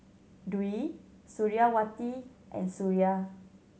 Dwi Suriawati and Suria